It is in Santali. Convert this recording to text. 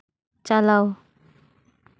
ᱪᱟᱞᱟᱣ